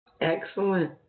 Excellent